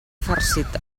farcit